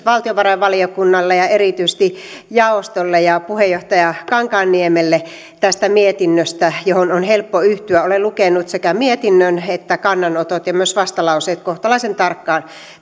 valtiovarainvaliokunnalle ja erityisesti jaostolle ja puheenjohtaja kankaanniemelle tästä mietinnöstä johon on helppo yhtyä olen lukenut sekä mietinnön että kannanotot ja myös vastalauseet kohtalaisen tarkkaan